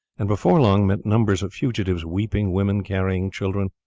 and before long met numbers of fugitives, weeping women carrying children,